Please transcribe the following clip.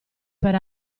per